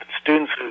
students